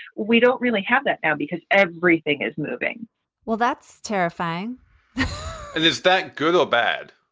we don't really have that now because everything is moving well, that's terrifying and is that good or bad?